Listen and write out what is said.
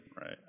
Right